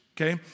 okay